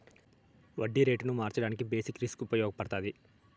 వడ్డీ రేటును మార్చడానికి బేసిక్ రిస్క్ ఉపయగపడతాది